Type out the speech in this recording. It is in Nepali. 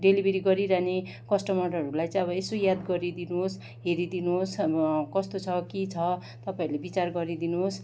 डेलिभरी गरिरहने कस्टमरहरूलाई चाहिँ अब यसो याद गरिदिनुहोस् हेरिदिनुहोस् अब कस्तो छ के छ तपाईँहरूले विचार गरिदिनुहोस्